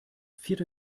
vierte